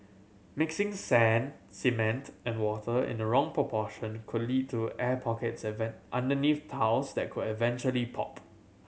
mixing sand cement and water in the wrong proportion could lead to air pockets underneath tiles that could eventually pop